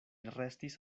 restis